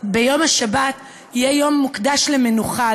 יום השבת יהיה מוקדש למנוחה,